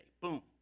Boom